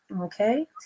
Okay